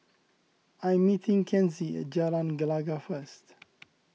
I am meeting Kenzie at Jalan Gelegar first